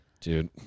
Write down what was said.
Dude